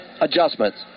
adjustments